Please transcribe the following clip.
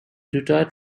retired